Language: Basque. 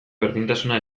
berdintasuna